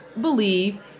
Believe